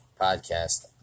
podcast